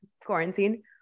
quarantine